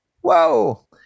Whoa